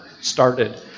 started